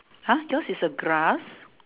!huh! yours is a grass